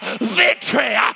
victory